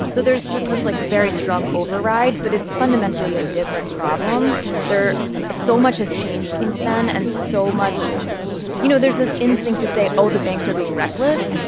so there's just this, like, very strong override, but it's fundamentally a different problem right there so much has changed since then, and so much you know, there's this instinct to say, oh, the banks are being reckless.